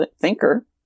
thinker